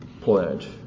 pledge